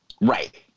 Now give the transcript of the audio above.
Right